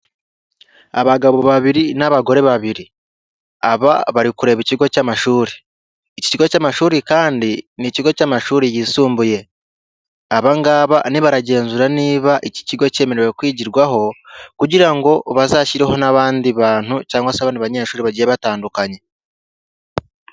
Abagabo babiri n'abagore babiri, aba bari kureba ikigo cy'amashuri, iki kigo cy'amashuri kandi ni ikigo cy'amashuri yisumbuye, aba ngaba baragenzura niba iki kigo cyemerewe kwigirwaho kugira ngo bazashyireho n'abandi bantu cyangwa se abandi banyeshuri bagiye batandukanye.